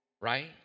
Right